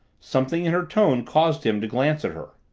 something in her tone caused him to glance at her.